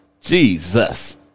Jesus